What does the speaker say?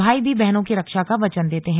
भाई भी बहनों की रक्षा का वचन देते हैं